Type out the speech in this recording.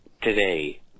today